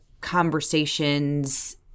conversations